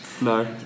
No